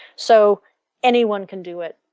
so anyone can do it.